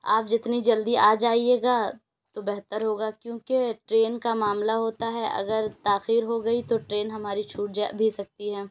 آپ جتنی جلدی آ جائیے گا تو بہتر ہوگا کیونکہ ٹرین کا معاملہ ہوتا ہے اگر تاخیر ہو گئی تو ٹرین ہماری چھوٹ جائے بھی سکتی ہے